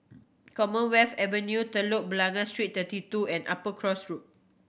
Commonwealth Avenue Telok Blangah Street Thirty Two and Upper Cross Road